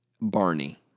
Barney